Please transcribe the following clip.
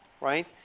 right